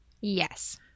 Yes